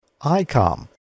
ICOM